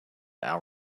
our